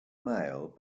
male